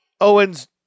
Owens